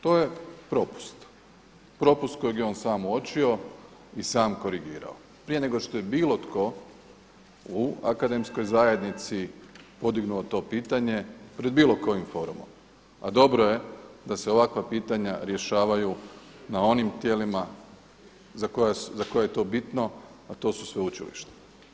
To je propust, propust kojeg je on sam uočio i sam korigirao prije nego što je bilo tko u akademskoj zajednici podignuto to pitanje pred bilo kojim forumom, a dobro je da se ovakva pitanja rješavaju na onim tijelima za koja je to bitno, a to su sveučilišta.